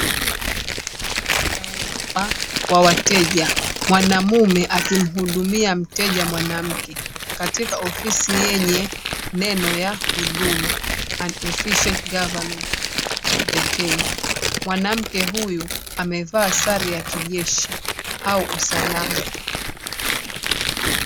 Ya huduma kwa wateja na mwanaume akimhudumia mteja mwanamke katika ofisi yenye neno ya huduma an efficient government of the Kenya. Mwanamke huyu amevaa sare ya kijeshi au usalama.